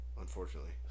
Unfortunately